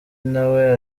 nawe